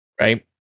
Right